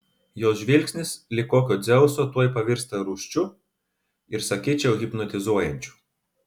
jos žvilgsnis lyg kokio dzeuso tuoj pavirsta rūsčiu ir sakyčiau hipnotizuojančiu